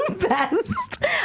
best